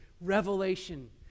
revelation